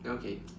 okay